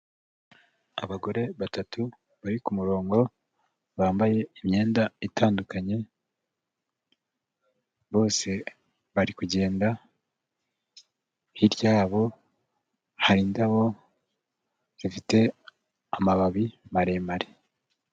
Abagore batatu bari ku murongo bambaye imyenda itandukanye, bose bari kugenda, hirya yabo hari indabo zifite amababi maremare.